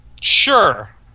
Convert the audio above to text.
Sure